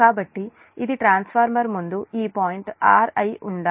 కాబట్టి ఇది ట్రాన్స్ఫార్మర్ ముందు ఈ పాయింట్ r అయి ఉండాలి